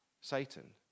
Satan